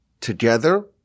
together